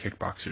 kickboxers